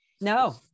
No